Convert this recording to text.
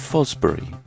Fosbury